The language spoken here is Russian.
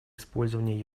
использования